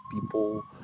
people